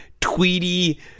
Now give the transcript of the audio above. Tweety